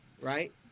right